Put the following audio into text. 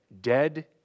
dead